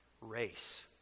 race